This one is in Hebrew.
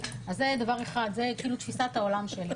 זה דבר אחד, זו תפיסת העולם שלי.